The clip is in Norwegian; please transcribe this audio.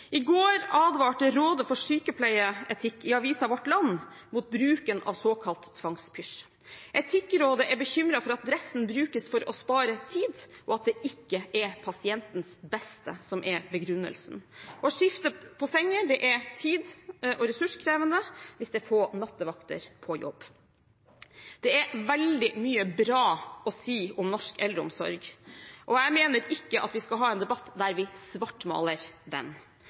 I går advarte Rådet for sykepleieetikk i avisen Vårt Land mot bruken av såkalt tvangspysj. Etikkrådet er bekymret for at dressen brukes for å spare tid, og at det ikke er pasientens beste som er begrunnelsen. Å skifte på senger er tid- og ressurskrevende hvis det er få nattevakter på jobb. Det er veldig mye bra å si om norsk eldreomsorg. Og jeg mener ikke at vi skal ha en debatt der vi svartmaler den.